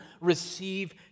receive